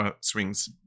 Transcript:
swings